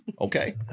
Okay